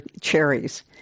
cherries